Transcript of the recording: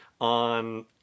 on